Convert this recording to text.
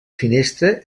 finestra